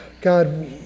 God